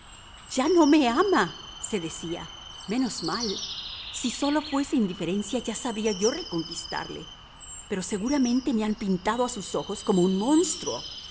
ya no me ama se decía menos mal si sólo fuese indiferencia ya sabría yo reconquistarle pero seguramente me han pintado a sus ojos como un monstruo